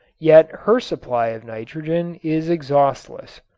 yet her supply of nitrogen is exhaustless.